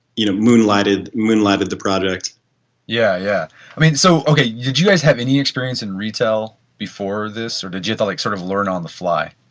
you know moonlighted moonlighted the product yeah. yeah i mean so okay, did you guys any experience in retail before this or did you thought like sort of learn on the fly?